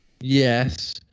Yes